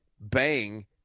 bang